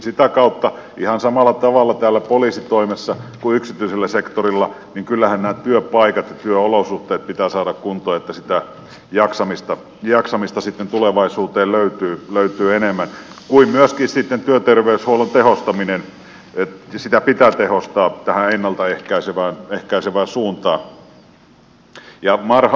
sitä kautta ihan samalla tavalla täällä poliisitoimessa kuin yksityisellä sektorilla niin kyllähän nämä työpaikat ja työolosuhteet pitää saada kuntoon jotta sitä jaksamista sitten tulevaisuuteen löytyy enemmän ja myöskin sitten työterveyshuoltoa pitää tehostaa tähän ennalta ehkäisevään suuntaan